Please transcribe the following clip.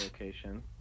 location